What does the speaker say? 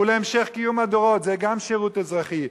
ולהמשך קיום הדורות, זה גם שירות אזרחי.